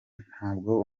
ntabwo